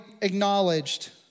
acknowledged